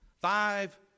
five